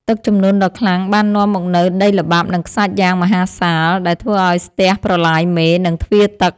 ទឹកជំនន់ដ៏ខ្លាំងបាននាំមកនូវដីល្បាប់ និងខ្សាច់យ៉ាងមហាសាលដែលធ្វើឱ្យស្ទះប្រឡាយមេ និងទ្វារទឹក។